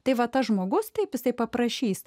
tai va tas žmogus taip jisai paprašys